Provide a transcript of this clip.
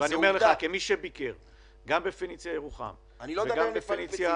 ואני אומר לך כמי שביקר גם ב"פניציה" ירוחם וגם ב"פניציה"